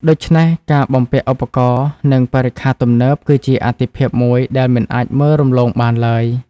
ដូច្នេះ ការបំពាក់ឧបករណ៍ និងបរិក្ខារទំនើប គឺជាអាទិភាពមួយដែលមិនអាចមើលរំលងបានឡើយ។